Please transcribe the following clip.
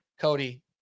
Cody